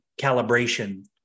calibration